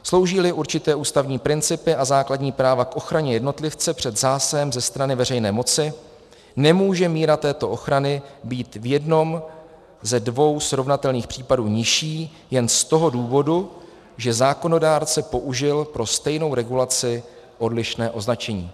Sloužíli určité ústavní principy a základní práva k ochraně jednotlivce před zásahem ze strany veřejné moci, nemůže míra této ochrany být v jednom ze dvou srovnatelných případů nižší jen z toho důvodu, že zákonodárce použil pro stejnou regulaci odlišné označení.